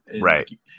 Right